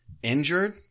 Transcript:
Injured